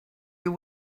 you